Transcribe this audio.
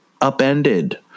upended